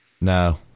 No